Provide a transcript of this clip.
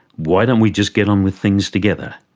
why don't we just get on with things together?